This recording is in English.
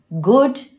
good